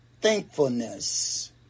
Thankfulness